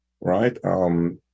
right